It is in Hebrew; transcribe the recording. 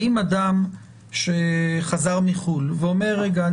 האם אדם שחזר מחו"ל ואומר: רגע,